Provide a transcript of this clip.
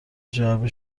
جعبه